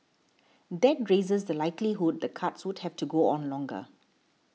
that raises the likelihood the cuts would have to go on longer